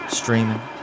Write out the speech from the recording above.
streaming